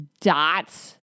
dots